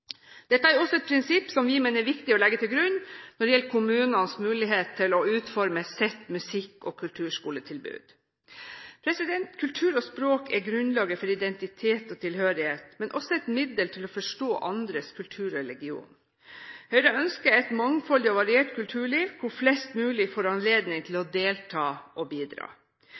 Dette er også et prisnipp vi mener det er viktig å legge til grunn når det gjelder kommunenes muligheter for å utforme sitt musikk- og kulturskoletilbud. Kultur og språk er grunnlaget for identitet og tilhørighet, men også et middel til å forstå andres kultur og religion. Høyre ønsker et mangfoldig og variert kulturliv, hvor flest mulig får anledning til å delta og bidra.